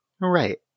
right